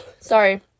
Sorry